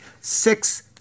six